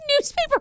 newspaper